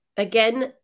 Again